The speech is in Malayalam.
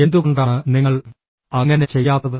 എന്തുകൊണ്ടാണ് നിങ്ങൾ അങ്ങനെ ചെയ്യാത്തത്